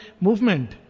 movement